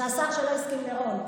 זה השר שלא הסכים לרון.